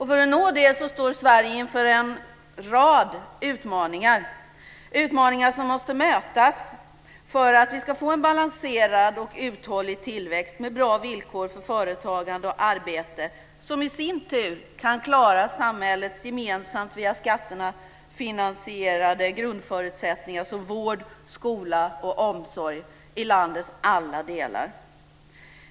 För att nå det står Sverige inför en rad utmaningar, utmaningar som måste mötas för att vi ska få en balanserad och uthållig tillväxt med bra villkor för företagande och arbete, som i sin tur gör att vi kan klara samhällets, gemensamt via skatterna finansierade, grundförutsättningar såsom vård, skola och omsorg i landets alla delar.